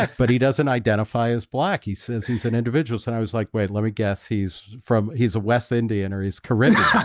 ah but he doesn't identify as black he says he's an individual. so i was like wait, let me guess he's from he's a west indian or he's caring